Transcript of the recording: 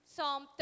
Psalm